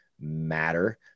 matter